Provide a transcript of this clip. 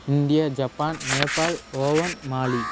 India Japan Nepal ஓவன் மாலி